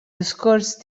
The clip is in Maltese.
diskors